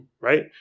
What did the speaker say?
right